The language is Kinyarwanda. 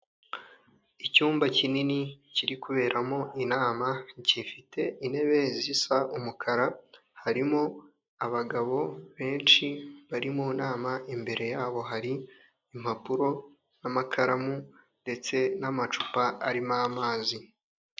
Icyumba kinini kiri kuberamo inama gifite intebe zisa umukara harimo abagabo benshi bari mu nama, imbere yabo hari impapuro n'amakaramu ndetse n'amacupa arimo amazi.